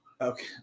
okay